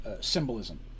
symbolism